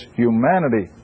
humanity